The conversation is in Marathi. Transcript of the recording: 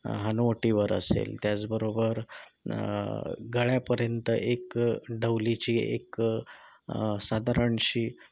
हनुवटीवर असेल त्याचबरोबर गळ्यापर्यंत एक ढवलीची एक साधारणशी